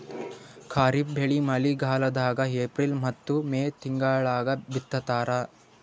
ಖಾರಿಫ್ ಬೆಳಿ ಮಳಿಗಾಲದಾಗ ಏಪ್ರಿಲ್ ಮತ್ತು ಮೇ ತಿಂಗಳಾಗ ಬಿತ್ತತಾರ